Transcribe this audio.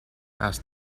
asked